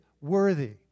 worthy